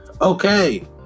Okay